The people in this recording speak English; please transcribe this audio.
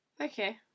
Okay